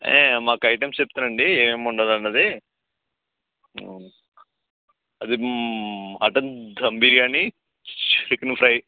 ఏ మాకు ఐటమ్స్ చెప్తాను అండి ఏమేమి ఉండాలి అన్నది అది mutton dum biryani chicken fry